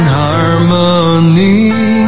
harmony